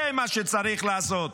זה מה שצריך לעשות.